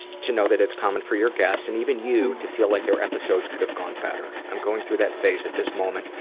to know that it's common for your guests and even you to feel like their episodes could have gone better. i'm going through that phase at this moment,